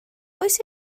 oes